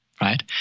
right